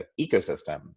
ecosystem